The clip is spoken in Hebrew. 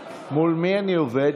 מולי.